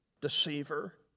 Deceiver